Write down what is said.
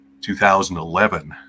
2011